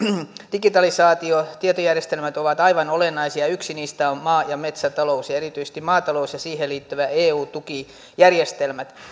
digitalisaatio tietojärjestelmät ovat aivan olennaisia ja yksi niistä on maa ja metsätalous erityisesti maatalous ja siihen liittyvät eu tukijärjestelmät